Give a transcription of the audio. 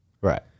Right